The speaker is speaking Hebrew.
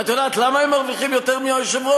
את יודעת למה הם מרוויחים יותר מהיושב-ראש?